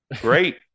Great